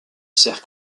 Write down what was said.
sert